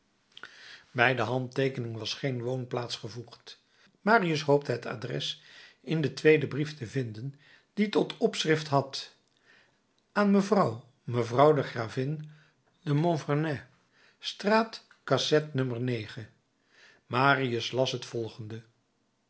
bij de handteekening was geen woonplaats gevoegd marius hoopte het adres in den tweeden brief te vinden die tot opschrift had aan mevrouw mevrouw de gravin de montvernet straat cassette no marius las het volgende